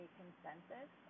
consensus